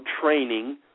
training